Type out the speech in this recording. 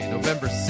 November